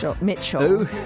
Mitchell